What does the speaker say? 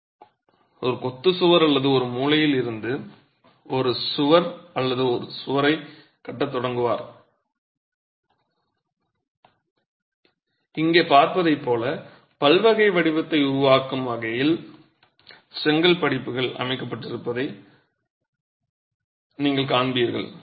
மாணவர் ஆம் ஒரு கொத்தனார் ஒரு கொத்து சுவர் அல்லது ஒரு மூலையில் இருந்து ஒரு சுவர் அல்லது சுவர்களை கட்டத் தொடங்குவார் மேலும் நீங்கள் இங்கே பார்ப்பதைப் போல பல்வகை வடிவத்தை உருவாக்கும் வகையில் செங்கல் படிப்புகள் அமைக்கப்பட்டிருப்பதை நீங்கள் காண்பீர்கள்